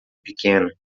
pequena